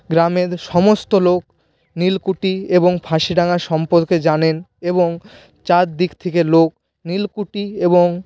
গ্রামের সমস্ত লোক নীলকুঠি এবং ফাঁসিডাঙ্গা সম্পর্কে জানেন এবং চারদিক থেকে লোক নীলকুঠি এবং